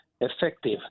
effective